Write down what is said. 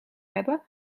hebben